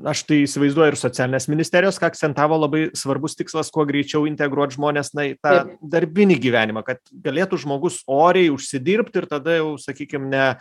aš tai įsivaizduoju ir socialinės ministerijos ką akcentavo labai svarbus tikslas kuo greičiau integruot žmones na į tą darbinį gyvenimą kad galėtų žmogus oriai užsidirbt ir tada jau sakykim ne